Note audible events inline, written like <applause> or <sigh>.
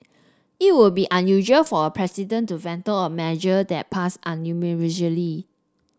it would be unusual for a president to veto a measure that passed <unintelligible>